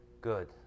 Good